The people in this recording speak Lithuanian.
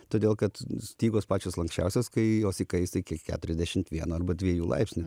todėl kad stygos pačios lanksčiausios kai jos įkaista iki keturiasdešim vieno arba dviejų laipsnių